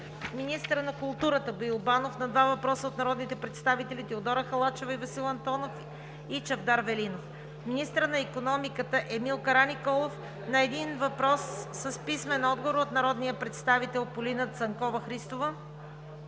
министърът на културата Боил Банов – на два въпроса от народните представители Теодора Халачева; и Васил Антонов и Чавдар Велинов; - министърът на икономиката Емил Караниколов – на един въпрос с писмен отговор от народния представител Полина Цанкова-Христова;